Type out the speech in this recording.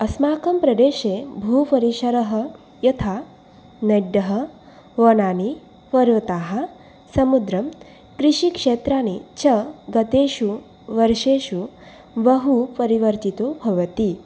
अस्माकम्प्रदेशे भूपरिसरः यथा नद्यः वनानि पर्वताः समुद्रं कृषिक्षेत्राणि च गतेषु वर्षेषु बहु परिवर्तितो भवति